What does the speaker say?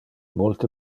multe